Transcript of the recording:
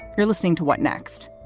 you're listening to what next.